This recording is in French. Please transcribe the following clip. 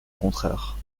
contraire